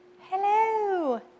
Hello